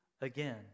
again